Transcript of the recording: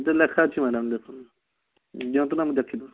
ସେଥିରେ ଲେଖା ଅଛି ମ୍ୟାଡ଼ାମ୍ ଦେଖନ୍ତୁ ଦିଅନ୍ତୁ ନା ମୁଁ ଦେଖିଦଉଛି